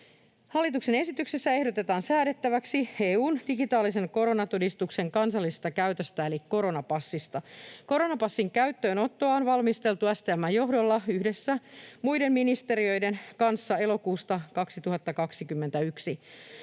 Hallituksen esityksessä ehdotetaan säädettäväksi EU:n digitaalisen koronatodistuksen kansallisesta käytöstä eli koronapassista. Koronapassin käyttöönottoa on valmisteltu STM:n johdolla yhdessä muiden ministeriöiden kanssa elokuusta 2021.